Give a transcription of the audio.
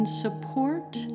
support